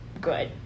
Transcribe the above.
good